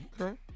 Okay